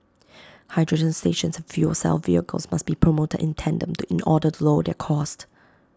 hydrogen stations and fuel cell vehicles must be promoted in tandem to in order to lower their cost